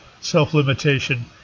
self-limitation